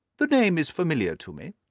the name is familiar to me,